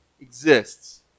exists